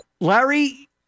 Larry